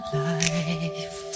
life